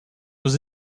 aux